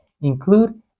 include